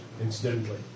incidentally